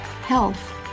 Health